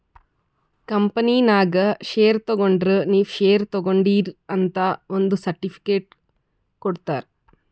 ಕಂಪನಿನಾಗ್ ಶೇರ್ ತಗೊಂಡುರ್ ನೀವೂ ಶೇರ್ ತಗೊಂಡೀರ್ ಅಂತ್ ಒಂದ್ ಸರ್ಟಿಫಿಕೇಟ್ ಕೊಡ್ತಾರ್